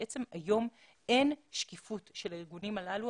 בעצם היום אין שקיפות של הארגונים הללו.